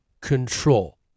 control